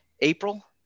April